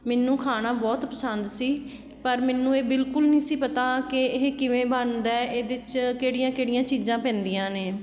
ਮੈਨੂੰ ਖਾਣਾ ਬਹੁਤ ਪਸੰਦ ਸੀ ਪਰ ਮੈਨੂੰ ਇਹ ਬਿਲਕੁਲ ਨਹੀਂ ਸੀ ਪਤਾ ਕਿ ਇਹ ਕਿਵੇਂ ਬਣਦਾ ਇਹਦੇ 'ਚ ਕਿਹੜੀਆਂ ਕਿਹੜੀਆਂ ਚੀਜ਼ਾਂ ਪੈਦੀਆਂ ਨੇ